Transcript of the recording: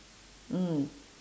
mm